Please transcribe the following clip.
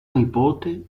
nipote